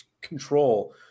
control